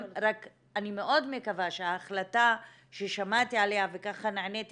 אני מאוד מקווה שההחלטה ששמעתי עליה וככה נעניתי